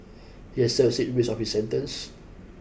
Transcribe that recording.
he has served six weeks of sentence